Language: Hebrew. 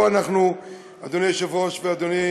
פה, אדוני היושב-ראש ואדוני